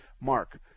Mark